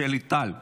שלי טל מירון.